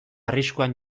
arriskuan